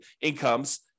incomes